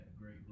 great